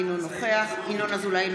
אינו נוכח ינון אזולאי,